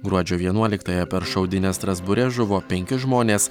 gruodžio vienuoliktąją per šaudynes strasbūre žuvo penki žmonės